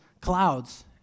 clouds